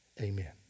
Amen